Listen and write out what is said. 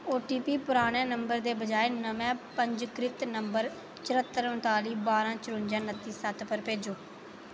OTP पराने number दे बजाए नमें पंजीकृत नंबर चरह्त्तर उंताली बारां चरुंजा नत्ती सत्त पर भेजो